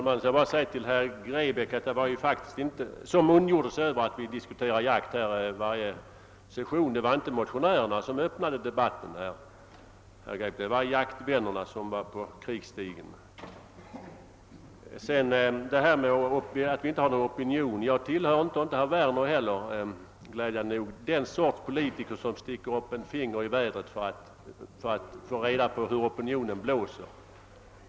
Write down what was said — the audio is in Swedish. Herr talman! Herr Grebäck ondgjorde sig över att vi varje session diskuterade jakten. Men det var inte motionärerna som öppnade debatten, herr Grebäck, utan det var jaktvännerna som var på krigsstigen. Herr Grebäck påstod att vi inte hade någon opinion bakom oss. Jag och herr Werner tillhör glädjande nog inte den grupp politiker som sticker upp ett finger i vädret för att känna vart vin den blåser.